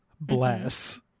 Bless